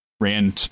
ran